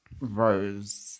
rose